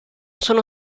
sono